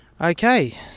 Okay